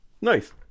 Nice